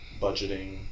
budgeting